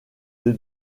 des